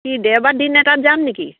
কি দেওবাৰ দিন এটাত যাম নেকি